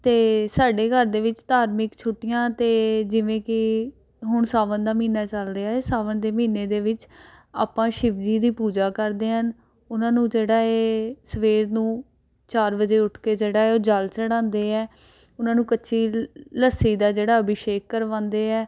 ਅਤੇ ਸਾਡੇ ਘਰ ਦੇ ਵਿੱਚ ਧਾਰਮਿਕ ਛੁੱਟੀਆਂ 'ਤੇ ਜਿਵੇਂ ਕਿ ਹੁਣ ਸਾਵਣ ਦਾ ਮਹੀਨਾ ਚੱਲ ਰਿਹਾ ਹੈ ਸਾਵਣ ਦੇ ਮਹੀਨੇ ਦੇ ਵਿੱਚ ਆਪਾਂ ਸ਼ਿਵ ਜੀ ਦੀ ਪੂਜਾ ਕਰਦੇ ਹਨ ਉਹਨਾਂ ਨੂੰ ਜਿਹੜਾ ਹੈ ਸਵੇਰ ਨੂੰ ਚਾਰ ਵਜੇ ਉੱਠ ਕੇ ਜਿਹੜਾ ਹੈ ਉਹ ਜਲ ਚੜਾਉਂਦੇ ਹੈ ਉਹਨਾਂ ਨੂੰ ਕੱਚੀ ਲੱਸੀ ਦਾ ਜਿਹੜਾ ਅਭਿਸ਼ੇਕ ਕਰਵਾਉਂਦੇ ਹੈ